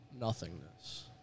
Nothingness